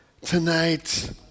Tonight